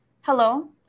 Hello